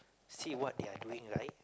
see what they're doing right